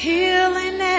Healing